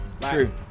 True